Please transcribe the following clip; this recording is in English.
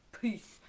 peace